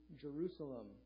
Jerusalem